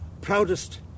proudest